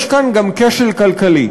יש כאן גם כשל כלכלי.